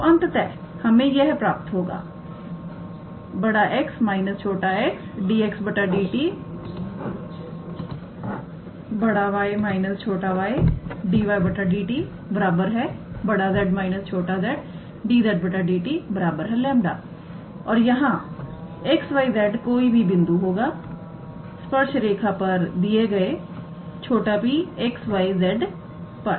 तो अंततः हमें यह प्राप्त होगा 𝑋−𝑥 𝑑𝑥 𝑑𝑡 𝑌−𝑦 𝑑𝑦 𝑑𝑡 𝑍−𝑧 𝑑𝑧 𝑑𝑡 𝜆 और यहां 𝑋 𝑌 𝑍 कोई भी बिंदु होगा स्पर्श रेखा पर दिए गए 𝑝𝑥 𝑦 𝑧 पर